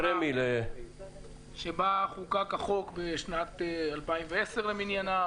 שבה חוקק החוק בשנת 2010 למניינם,